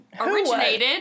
Originated